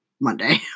Monday